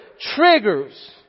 triggers